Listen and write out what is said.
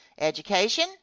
Education